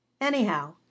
Anyhow